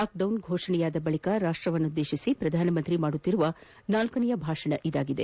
lock down ಘೋಷಣೆಯಾದ ಬಳಿಕ ರಾಷ್ಟವನ್ನುದ್ದೇಶಿಸಿ ಪ್ರಧಾನಮಂತ್ರಿ ಮಾಡುತ್ತಿರುವ ನಾಲ್ಕನೇ ಭಾಷಣ ಇದಾಗಿದೆ